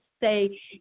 say